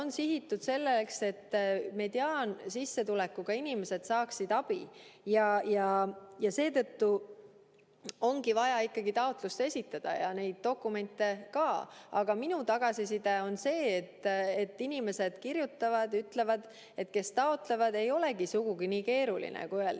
See on sihitud sellele, et mediaansissetulekuga inimesed saaksid abi, ja seetõttu on vaja ikkagi taotlus esitada ja need dokumendid ka. Aga minu saadud tagasiside on see, et inimesed kirjutavad ja ütlevad – need, kes taotlevad –, et ei olegi sugugi nii keeruline, kui öeldakse.